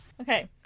Okay